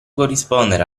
corrispondere